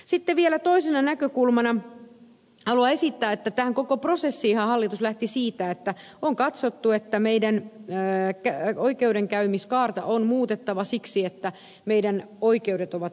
sitten vielä toisena näkökulmana haluan esittää että tähän koko prosessiinhan hallitus lähti siitä että on katsottu että meidän oikeudenkäymiskaarta on muutettava siksi että meidän oikeutemme ovat ruuhkautuneita